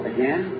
Again